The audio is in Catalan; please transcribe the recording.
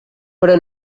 però